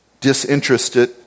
disinterested